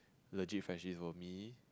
legit friendship for me